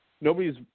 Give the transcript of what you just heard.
Nobody's